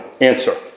answer